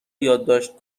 یادداشت